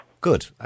Good